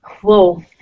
Whoa